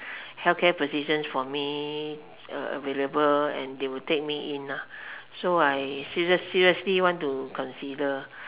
healthcare positions for me uh available and they will take me in ah so I serious seriously want to consider